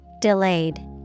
Delayed